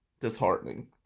disheartening